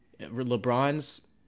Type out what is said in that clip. LeBron's